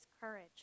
courage